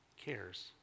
cares